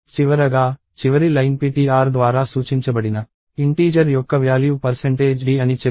చివరగా చివరి line ptr ద్వారా సూచించబడిన ఇంటీజర్ యొక్క వ్యాల్యూ d అని చెబుతుంది